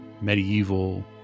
medieval